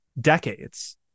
decades